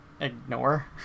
ignore